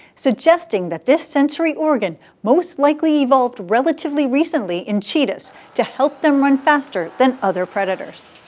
suggesting that this sensory organ most likely evolved relatively recently in cheetahs to help them run faster than other predators.